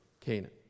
Canaan